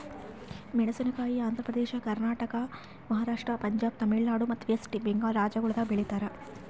ಮೇಣಸಿನಕಾಯಿ ಆಂಧ್ರ ಪ್ರದೇಶ, ಕರ್ನಾಟಕ, ಮಹಾರಾಷ್ಟ್ರ, ಪಂಜಾಬ್, ತಮಿಳುನಾಡು ಮತ್ತ ವೆಸ್ಟ್ ಬೆಂಗಾಲ್ ರಾಜ್ಯಗೊಳ್ದಾಗ್ ಬೆಳಿತಾರ್